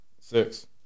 Six